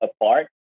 apart